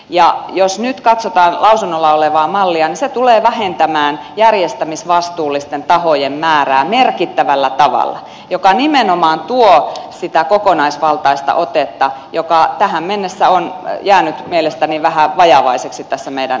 ja jos nyt katsotaan lausunnolla olevaa mallia niin se tulee vähentämään järjestämisvastuullisten tahojen määrää merkittävällä tavalla mikä nimenomaan tuo sitä kokonaisvaltaista otetta joka tähän mennessä on jäänyt mielestäni vähän vajavaiseksi tässä meidän nykyrakenteessamme